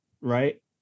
right